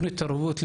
והטכנולוגיה.